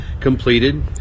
completed